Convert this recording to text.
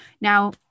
Now